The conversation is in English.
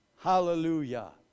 Hallelujah